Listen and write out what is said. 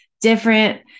different